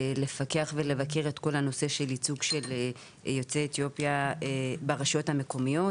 לפקח ולבקר את כל הנושא של ייצוג של יוצאי אתיופיה ברשויות המקומיות,